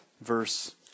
verse